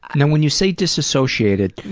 and and when you say disassociated,